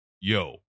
yo